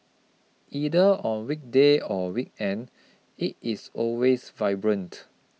either on weekday or weekend it is always vibrant